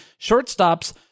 shortstops